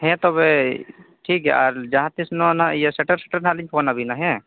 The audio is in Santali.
ᱦᱮᱸ ᱛᱚᱵᱮ ᱴᱷᱤᱠ ᱜᱮᱭᱟ ᱟᱨ ᱡᱟᱦᱟᱸ ᱛᱤᱥ ᱱᱚᱣᱟ ᱱᱟᱦᱟᱜ ᱤᱭᱟᱹ ᱥᱮᱴᱮᱨ ᱥᱮᱴᱮᱨ ᱱᱟᱦᱟᱜ ᱞᱤᱧ ᱯᱷᱳᱱ ᱟᱹᱵᱤᱱᱟ ᱦᱮᱸ